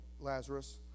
Lazarus